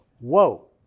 whoa